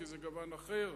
כי זה גוון אחר.